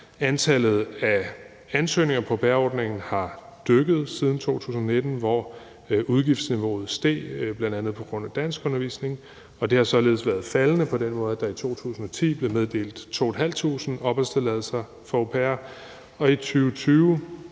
Antallet af ansøgninger på au pair-ordningen har dykket siden 2019, hvor udgiftsniveauet steg, bl.a. på grund af danskundervisning, og det har således været faldende på den måde, at der i 2010 blev meddelt 2.500 opholdstilladelser for au